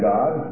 God